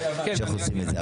כשאנחנו עושים את זה.